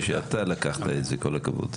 זה שאתה לקחת את זה כל הכבוד.